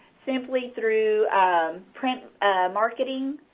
simply through print marketing,